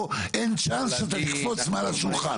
פה אין צ'אנס שאתה תקפוץ מעל השולחן,